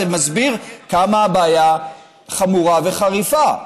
זה מסביר כמה הבעיה חמורה וחריפה.